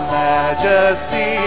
majesty